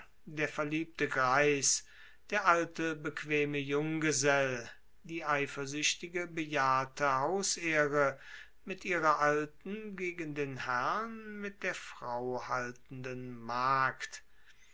der verliebte greis der alte bequeme junggesell die eifersuechtige bejahrte hausehre mit ihrer alten gegen den herrn mit der frau haltenden magd